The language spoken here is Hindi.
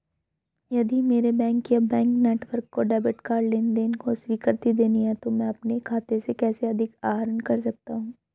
यदि मेरे बैंक या बैंक नेटवर्क को डेबिट कार्ड लेनदेन को स्वीकृति देनी है तो मैं अपने खाते से कैसे अधिक आहरण कर सकता हूँ?